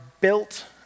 built